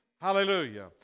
Hallelujah